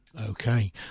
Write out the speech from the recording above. Okay